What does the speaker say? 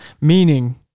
Meaning